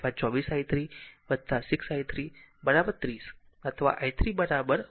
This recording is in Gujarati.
અથવા 24 i 3 6 i 3 30 અથવા i 3 1 ampere